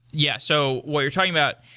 yeah so what you're talking about